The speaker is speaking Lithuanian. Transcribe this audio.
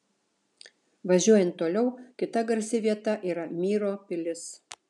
važiuojant toliau kita garsi vieta yra myro pilis